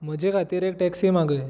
म्हजे खातीर एक टॅक्सी मागय